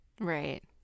Right